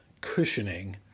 cushioning